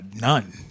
none